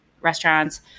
restaurants